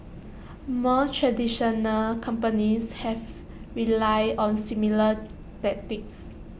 more traditional companies have relied on similar tactics